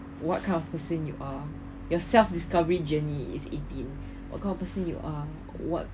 what kind of person you are yourself discovery journey is eighteen what kind of person you are what